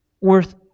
worth